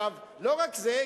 לא רק זה,